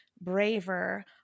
braver